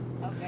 Okay